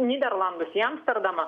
nyderlandus į amsterdamą